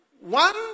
One